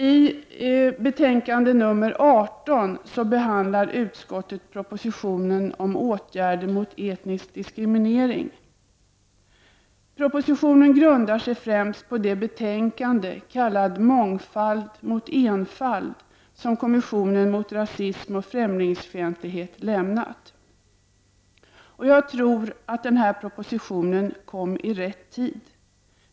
Utskottet behandlar i sitt betänkande 18 propositionen om åtgärder mot etnisk diskriminering. Propositionen grundar sig främst på det betänkande kallat ”Mångfald mot enfald” som kommissionen mot rasism och främlingsfientlighet avgett. Jag tror att den här propositionen kom i rätt tid.